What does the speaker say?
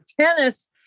tennis